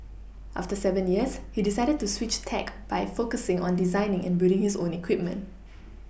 after seven years he decided to switch tack by focusing on designing and building his own equipment